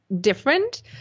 different